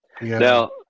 Now